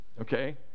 Okay